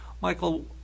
Michael